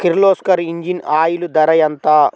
Kirloskar engine oil ధర ఎంత?